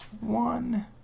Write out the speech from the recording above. one